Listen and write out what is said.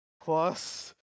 Plus